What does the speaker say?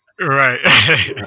Right